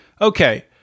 Okay